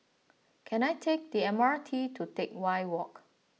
can I take the M R T to Teck Whye Walk